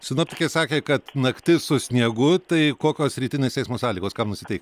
sinoptikė sakė kad naktis su sniegu tai kokios rytinės eismo sąlygos kam nusitei